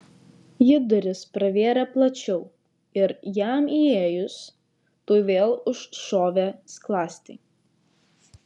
ji duris pravėrė plačiau ir jam įėjus tuoj vėl užšovė skląstį